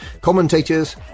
Commentators